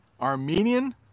Armenian